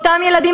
אותם ילדים,